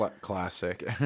classic